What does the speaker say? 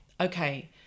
okay